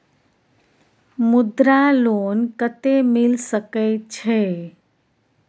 मुद्रा लोन कत्ते मिल सके छै?